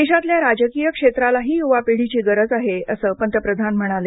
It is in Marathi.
देशातल्या राजकीय क्षेत्रालाही युवा पिढीची गरज आहे असं पंतप्रधान म्हणाले